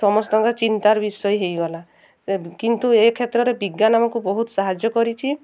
ସମସ୍ତଙ୍କ ଚିନ୍ତାର ବିଷୟ ହେଇଗଲା କିନ୍ତୁ ଏ କ୍ଷେତ୍ରରେ ବିଜ୍ଞାନ ଆମକୁ ବହୁତ ସାହାଯ୍ୟ କରିଛି